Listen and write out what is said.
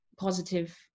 positive